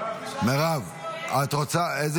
איזה